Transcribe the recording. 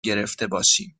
گرفتهباشیم